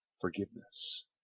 forgiveness